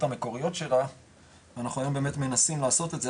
המקוריות שלה ואנחנו היום באמת מנסים לעשות את זה.